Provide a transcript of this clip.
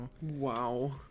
Wow